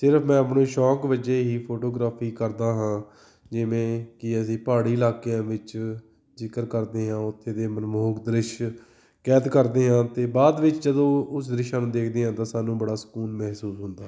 ਸਿਰਫ ਮੈਂ ਆਪਣੇ ਸ਼ੌਂਕ ਵਜੋਂ ਹੀ ਫੋਟੋਗ੍ਰਾਫੀ ਕਰਦਾ ਹਾਂ ਜਿਵੇਂ ਕਿ ਅਸੀਂ ਪਹਾੜੀ ਇਲਾਕਿਆਂ ਵਿੱਚ ਜਿਕਰ ਕਰਦੇ ਹਾਂ ਉੱਥੇ ਦੇ ਮਨਮੋਹਕ ਦ੍ਰਿਸ਼ ਕੈਦ ਕਰਦੇ ਹਾਂ ਅਤੇ ਬਾਅਦ ਵਿੱਚ ਜਦੋਂ ਉਸ ਦ੍ਰਿਸ਼ਾਂ ਨੂੰ ਦੇਖਦੇ ਹਾਂ ਤਾਂ ਸਾਨੂੰ ਬੜਾ ਸਕੂਨ ਮਹਿਸੂਸ ਹੁੰਦਾ ਹੈ